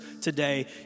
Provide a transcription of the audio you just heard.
today